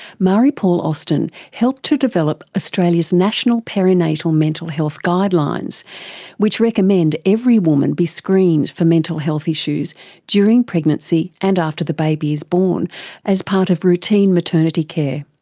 marie-paule austin helped to develop australia's national perinatal mental health guidelines which recommend every woman be screened for mental health issues during pregnancy and after the baby is born as part of routine maternity care.